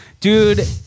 Dude